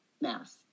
mass